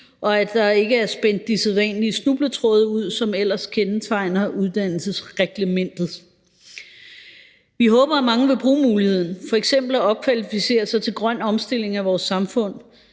og at der ikke er spændt de sædvanlige snubletråde ud, som ellers kendetegner uddannelsesreglementet. Vi håber, at mange vil bruge muligheden, f.eks. for at opkvalificere sig til grøn omstilling af vores samfund.